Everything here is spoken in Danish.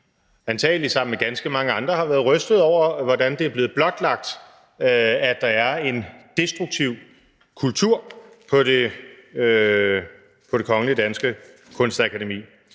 antagelig sammen med ganske mange andre, har været rystede over, hvordan det er blevet blotlagt, at der er en destruktiv kultur på Det Kongelige Danske Kunstakademi.